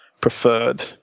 preferred